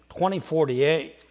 2048